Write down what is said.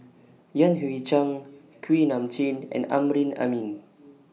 Yan Hui Chang Kuak Nam Jin and Amrin Amin